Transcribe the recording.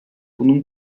bunun